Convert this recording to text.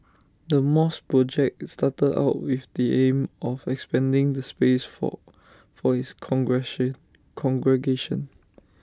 the mosque project started out with the aim of expanding the space for for its congregation